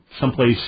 someplace